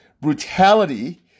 brutality